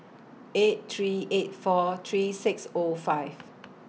eight three eight four three six O five